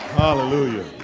Hallelujah